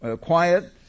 quiet